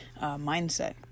mindset